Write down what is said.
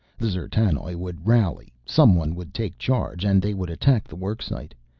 the d'zertanoj would rally, someone would take charge, and they would attack the worksite.